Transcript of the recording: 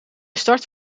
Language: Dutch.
start